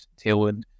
Tailwind